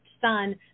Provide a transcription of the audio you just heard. son